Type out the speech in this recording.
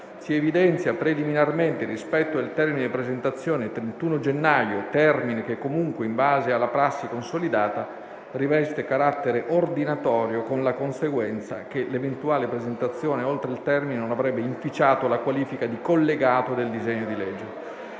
si evidenzia preliminarmente il rispetto del termine di presentazione (31 gennaio), termine che comunque - in base alla prassi consolidata - riveste carattere ordinatorio, con la conseguenza che l'eventuale presentazione oltre il termine non avrebbe inficiato la qualifica di "collegato" del disegno di legge.